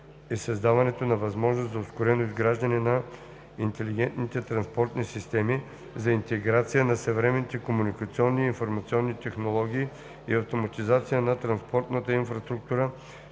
е създаването на възможност за ускорено изграждане на интелигентните транспортни системи, за интеграция на съвременните комуникационни и информационни технологии и автоматизация на транспортната инфраструктура,